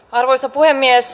arvoisa puhemies